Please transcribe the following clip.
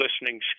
listening